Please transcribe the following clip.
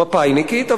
מפא"יניקית,